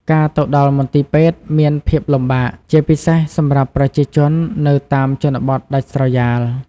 ការទៅដល់មន្ទីរពេទ្យមានភាពលំបាក ជាពិសេសសម្រាប់ប្រជាជននៅតាមជនបទដាច់ស្រយាល។